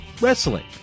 wrestling